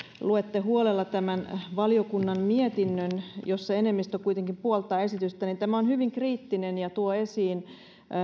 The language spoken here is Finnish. luette huolella tämän valiokunnan mietinnön jossa enemmistö kuitenkin puoltaa esitystä niin tämä on hyvin kriittinen ja tuo esiin